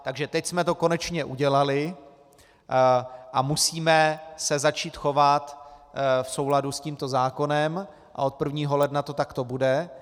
Takže teď jsme to konečně udělali a musíme se začít chovat v souladu s tímto zákonem a od 1. ledna to takto bude.